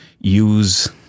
use